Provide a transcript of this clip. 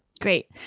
Great